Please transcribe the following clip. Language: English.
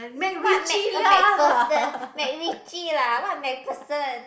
what make a make person make witchy lah what make person